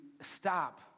stop